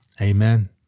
Amen